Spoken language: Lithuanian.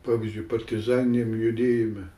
pavyzdžiui partizaniniam judėjime